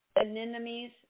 Anemones